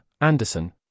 Anderson